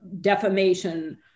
defamation